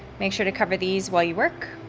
make sure to cover these while you work.